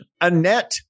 annette